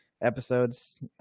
episodes